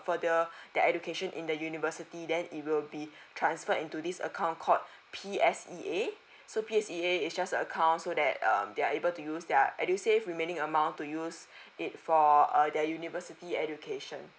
further their education in the university then it will be transferred into this account called P_S_E_A so P_S_E_A is just a account so that um they're able to use their edusave remaining amount to use it for uh their university education